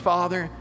Father